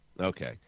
Okay